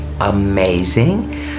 amazing